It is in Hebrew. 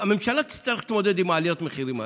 הממשלה תצטרך להתמודד עם עליות המחירים האלה.